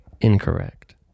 Incorrect